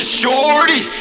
shorty